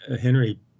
Henry